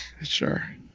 sure